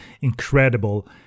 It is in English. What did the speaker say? incredible